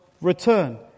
return